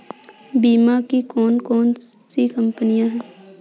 बीमा की कौन कौन सी कंपनियाँ हैं?